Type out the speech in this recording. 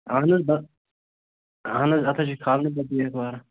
اَہَن حظ بہٕ اَہَن حظ اَتھ حظ چھِ کھالٕنۍ پَتہٕ واریاہ